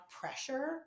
pressure